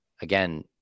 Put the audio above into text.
again